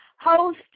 host